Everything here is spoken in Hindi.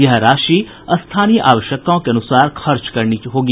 यह राशि स्थानीय आवश्यकताओं के अनुसार खर्च करनी होगी